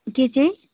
के चाहिँ